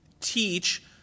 teach